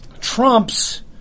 Trump's